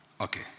Okay